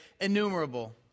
innumerable